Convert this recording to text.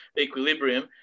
equilibrium